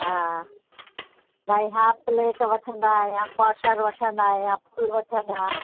हा भई half plate वठंदा या क्वार्टर वठंदा या फ़ुल वठंदा